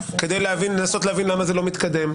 כדי לנסות להבין למה זה לא מתקדם.